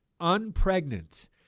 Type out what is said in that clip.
Unpregnant